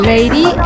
Lady